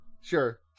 Sure